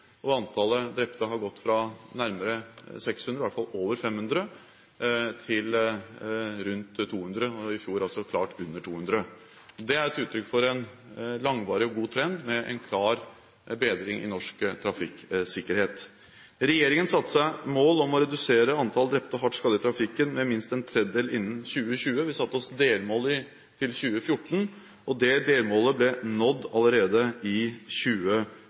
og antall drepte har gått fra nærmere 600 – i alle fall over 500 – til rundt 200 og i fjor klart under 200. Det er et uttrykk for en langvarig og god trend med en klar bedring i norsk trafikksikkerhet. Regjeringen satte seg et mål om å redusere antallet drepte og hardt skadde i trafikken med minst en tredjedel innen 2020. Vi satte oss et delmål til 2014, og det delmålet ble nådd allerede i